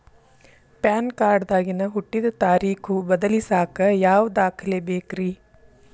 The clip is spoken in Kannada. ಪ್ಯಾನ್ ಕಾರ್ಡ್ ದಾಗಿನ ಹುಟ್ಟಿದ ತಾರೇಖು ಬದಲಿಸಾಕ್ ಯಾವ ದಾಖಲೆ ಬೇಕ್ರಿ?